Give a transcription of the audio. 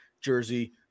Jersey